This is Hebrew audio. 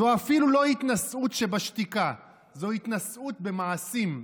זו אפילו לא התנשאות שבשתיקה, זהו התנשאות במעשים.